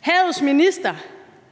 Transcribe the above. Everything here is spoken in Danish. Havets minister